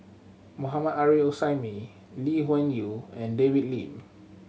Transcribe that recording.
Mohammad Arif Suhaimi Lee Wung Yew and David Lim